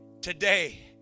today